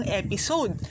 episode